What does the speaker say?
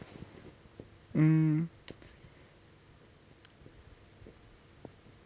mm